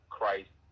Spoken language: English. Christ